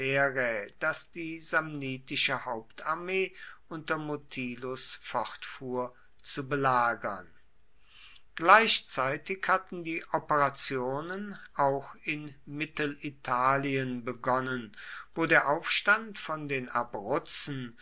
das die samnitische hauptarmee unter mutilus fortfuhr zu belagern gleichzeitig hatten die operationen auch in mittelitalien begonnen wo der aufstand von den abruzzen